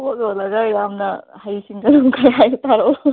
ꯄꯣꯠ ꯌꯣꯜꯂꯒ ꯌꯥꯝꯅ ꯍꯩ ꯁꯤꯡꯒꯅꯨ ꯀꯔꯥꯏꯅꯣ ꯇꯥꯔꯛꯎ